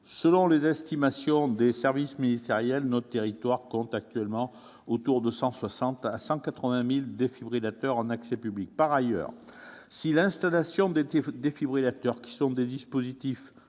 Selon les estimations des services ministériels, notre territoire compte actuellement de 160 000 à 180 000 défibrillateurs en accès public. Par ailleurs, si l'installation des défibrillateurs, qui sont des dispositifs